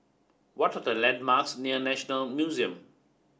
what are the landmarks near National Museum